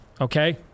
Okay